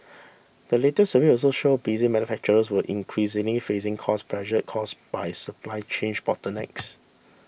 the latest survey also showed busy manufacturers were increasingly facing cost pressure caused by supply chain bottlenecks